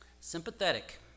Sympathetic